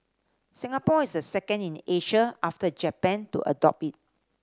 Singapore is the second in Asia after Japan to adopt it